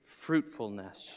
fruitfulness